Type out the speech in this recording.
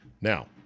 Now